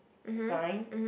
sign